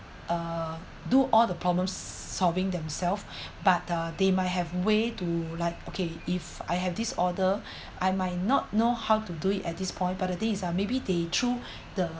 uh do all the problems solving themselves but uh they might have way too like okay if I have disorder I might not know how to do it at this point but the thing is uh maybe they through the